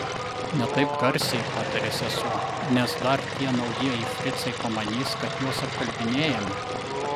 ne taip garsiai patarė sesuo nes dar tie naujieji fricai pamanys kad juos apkalbinėjame